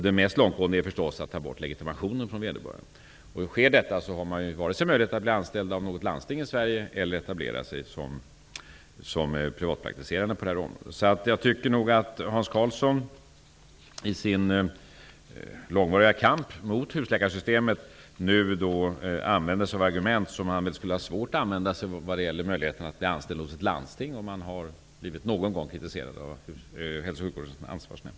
Det mest långtgående är förstås att ta bort legitimationen för vederbörande. Sker detta har läkaren varken möjlighet att bli anställd av något landsting i Sverige eller att etablera sig som privatpraktiserande på detta område. Jag tycker att Hans Karlsson, i sin långvariga kamp mot husläkarsystemet, nu använder sig av argument som han skulle ha svårt att använda vad gäller möjligheten att bli anställd hos ett landsting, om man någon gång har blivit kritiserad av Hälsooch sjukvårdens ansvarsnämnd.